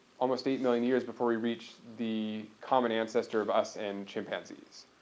almost eight million years before we reach the common ancestor of us and chimpanzees,